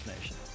Nation